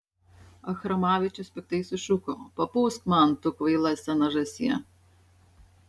achramavičius piktai sušuko papūsk man tu kvaila sena žąsie